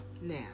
now